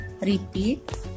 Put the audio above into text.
repeat